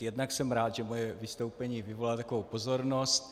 Jednak jsem rád, že moje vystoupení vyvolalo takovou pozornost.